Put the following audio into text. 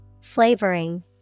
Flavoring